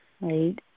right